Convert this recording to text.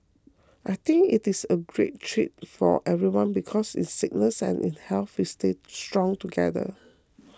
I think it is a great treat for everyone because in sickness and in health we stay strong together